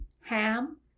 Ham